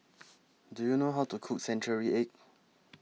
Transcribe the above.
Do YOU know How to Cook Century Egg